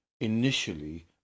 initially